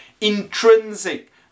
intrinsic